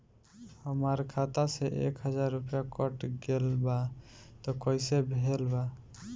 हमार खाता से एक हजार रुपया कट गेल बा त कइसे भेल बा?